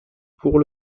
pour